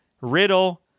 Riddle